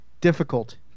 difficult